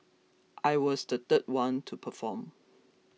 I was the third one to perform